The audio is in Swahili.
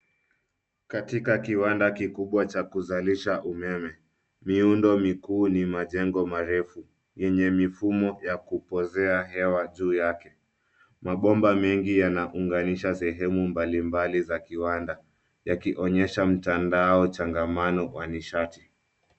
Katika kiwanda kikubwa cha kuzalisha umeme. Miundo mikuu ni majengo marefu yenye mifumo ya kupozea hewa juu yake. Mabomba mengi yanaunganisha sehemu mbalimbali za kiwanda yakioonyesha mtandao changamano wa nishati.